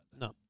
No